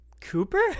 Cooper